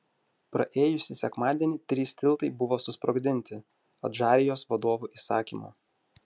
praėjusį sekmadienį trys tiltai buvo susprogdinti adžarijos vadovų įsakymu